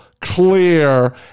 clear